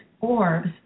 orbs